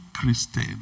Christian